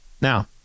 now